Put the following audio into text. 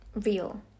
real